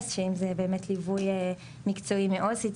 שאם זה באמת ליווי מקצועי מעו"סית,